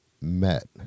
met